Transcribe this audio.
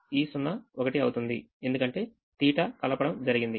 ఈ 0 ఒకటి అవుతుంది ఎందుకంటే θ కలవడం జరిగింది